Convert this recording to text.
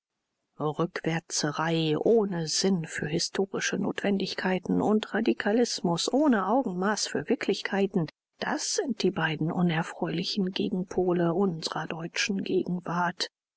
rückwärtserei ohne sinn für historische notwendigkeiten und radikalismus ohne augenmaß für wirklichkeiten das sind die beiden unerfreulichen gegenpole unserer deutschen gegenwart